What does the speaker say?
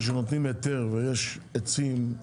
כשנותנים היתר ויש עצים,